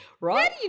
right